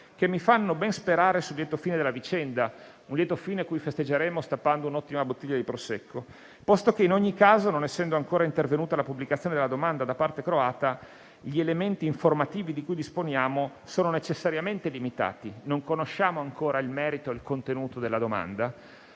che mi fanno ben sperare sul lieto fine della vicenda, che festeggeremo stappando un'ottima bottiglia di Prosecco, posto che in ogni caso, non essendo ancora intervenuta la pubblicazione della domanda da parte croata, gli elementi informativi di cui disponiamo sono necessariamente limitati. Non conosciamo ancora il merito e il contenuto della domanda,